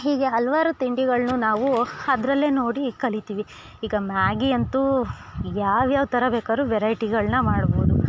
ಹೀಗೆ ಹಲವಾರು ತಿಂಡಿಗಲನ್ನು ನಾವು ಅದ್ರಲ್ಲೇ ನೋಡಿ ಕಲೀತಿವಿ ಈಗ ಮ್ಯಾಗಿ ಅಂತೂ ಯಾವ ಯಾವ ಥರ ಬೇಕಾರು ವೆರೈಟಿಗಳನ್ನ ಮಾಡ್ಬೋದು